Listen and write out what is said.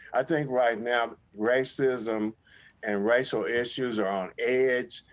i think right now racism and racial issues are on edge,